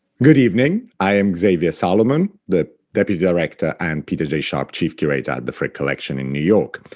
good evening. i am xavier salomon, the deputy director and peter jay sharp chief curator at the frick collection in new york.